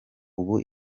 ubu